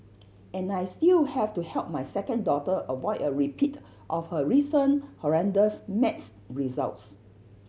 and I still have to help my second daughter avoid a repeat of her recent horrendous maths results